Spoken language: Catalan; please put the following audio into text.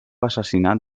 assassinat